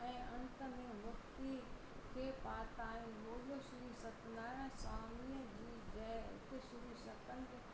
ऐं अंत में मुक्ति खे पाताईं बोलो श्री सत्यनारायण स्वामीअ जी जय श्री सतन